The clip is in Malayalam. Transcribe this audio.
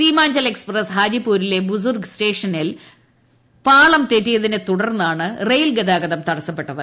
സീമാഞ്ചൽ എക്സ്പ്രസ്സ് ഹാജിപ്പൂരിലെ ബുസൂർഗ് സ്റ്റേഷനിൽ പാളം തെറ്റിയതിനെ തുടർന്നാണ് റെയിൽ ഗതാഗതം തടസ്സപ്പെട്ടത്